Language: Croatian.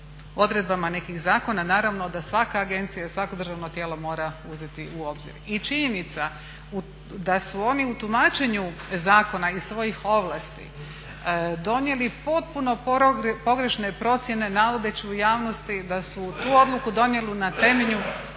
odredbama nekih zakona naravno da svaka agencija i svako državno tijelo mora uzeti u obzir. I činjenica da su oni u tumačenju zakona i svojih ovlasti donijeli potpuno pogrešne procjene navodeći u javnosti da su tu odluku donijeli na temelju